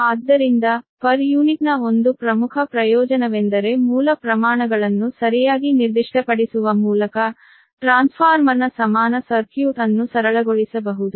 ಆದ್ದರಿಂದ ಪ್ರತಿ ಯೂನಿಟ್ನ ಒಂದು ಪ್ರಮುಖ ಪ್ರಯೋಜನವೆಂದರೆ ಮೂಲ ಪ್ರಮಾಣಗಳನ್ನು ಸರಿಯಾಗಿ ನಿರ್ದಿಷ್ಟಪಡಿಸುವ ಮೂಲಕ ಟ್ರಾನ್ಸ್ಫಾರ್ಮರ್ನ ಸಮಾನ ಸರ್ಕ್ಯೂಟ್ ಅನ್ನು ಸರಳಗೊಳಿಸಬಹುದು